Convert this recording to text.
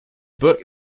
book